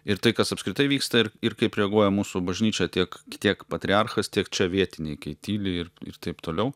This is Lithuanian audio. ir tai kas apskritai vyksta ir ir kaip reaguoja mūsų bažnyčia tiek tiek patriarchas tiek čia vietiniai kai tyli ir ir taip toliau